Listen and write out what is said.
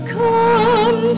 come